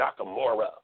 Nakamura